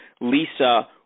Lisa